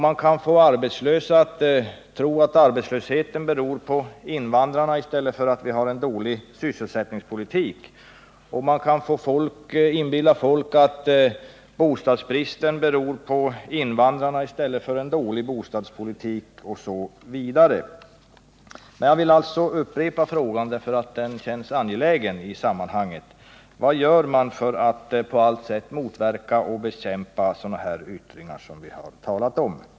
Man kan få arbetslösa att tro att arbetslösheten beror på invandrarna i stället för på att vi har en dålig sysselsättningspolitik, och man kan inbilla folk att bostadsbristen beror på invandrarna i stället för på en dålig bostadspolitik osv. Jag vill emellertid upprepa min fråga, eftersom den känns angelägen i sammanhanget: Vad gör man för att på allt sätt motverka och bekämpa sådana här yttringar som vi här talar om?